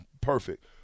Perfect